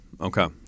Okay